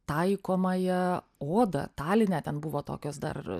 taikomąją odą taline ten buvo tokios dar